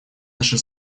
наша